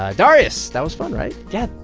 ah darius, that was fun, right? yeah,